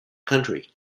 country